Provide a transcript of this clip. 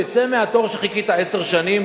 תצא לחמש שנים מהתור שחיכית בו עשר שנים,